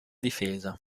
difesa